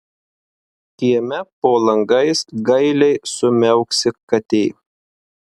kieme po langais gailiai sumiauksi katė